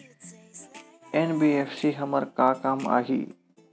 NBFC हमर का काम आही?